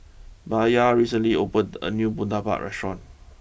Bayard recently opened a new Murtabak restaurant